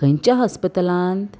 खंयच्या हॉस्पितलांत